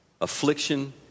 affliction